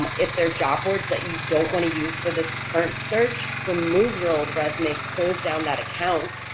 if there are job boards that you don't want to use for this current search, remove your old resume, close down that account,